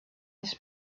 his